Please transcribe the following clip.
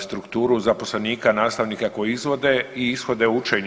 strukturu zaposlenika nastavnika koji izvode i ishode učenja.